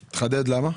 למה?